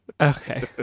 Okay